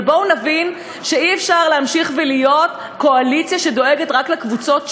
אבל בואו נבין שאי-אפשר להמשיך להיות קואליציה שדואגת רק לקבוצות שלה.